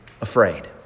afraid